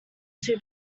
two